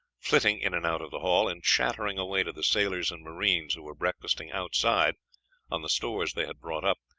flitting in and out of the hall, and chattering away to the sailors and marines who were breakfasting outside on the stores they had brought up,